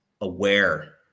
aware